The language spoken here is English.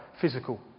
physical